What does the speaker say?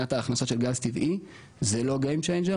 מבחינת ההכנסות של גז טבעי זה לא game changer,